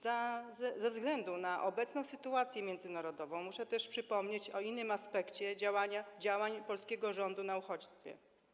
Ze względu na obecną sytuację międzynarodową muszę też przypomnieć o innym aspekcie działań polskiego rządu na uchodźstwie.